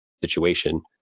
situation